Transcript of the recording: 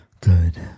good